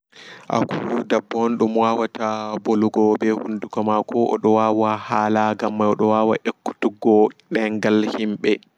Daɓɓa du ferii sosai min wawan viugo ɓana daɓɓa ɓana dolfin koɓo menvia wandu gam wanduma do feri masin.